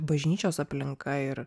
bažnyčios aplinka ir